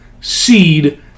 seed